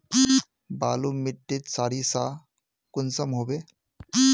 बालू माटित सारीसा कुंसम होबे?